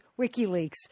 WikiLeaks